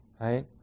right